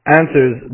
answers